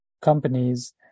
companies